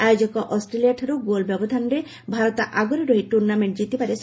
ଆୟୋଜକ ଅଷ୍ଟ୍ରେଲିଆଠାରୁ ଗୋଲ ବ୍ୟବଧାନରେ ଭାରତ ଆଗରେ ରହି ଟୁର୍ଣ୍ଣାମେଣ୍ଟ ଜିତିବାରେ ସଫଳ ହୋଇଛି